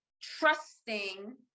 trusting